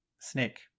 snake